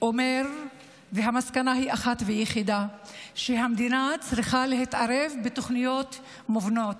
אומר שהמסקנה היא אחת ויחידה: המדינה צריכה להתערב בתוכניות מובנות.